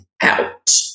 Out